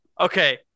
Okay